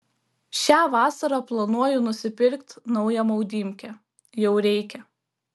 šią vasarą planuoju nusipirkt naują maudymkę jau reikia